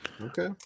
Okay